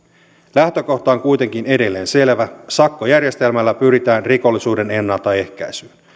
lähtökohta on kuitenkin edelleen selvä sakkojärjestelmällä pyritään rikollisuuden ennaltaehkäisyyn